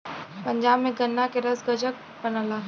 पंजाब में गन्ना के रस गजक बनला